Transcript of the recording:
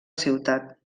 ciutat